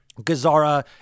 Gazara